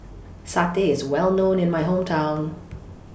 Satay IS Well known in My Hometown